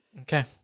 Okay